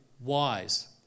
wise